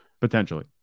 potentially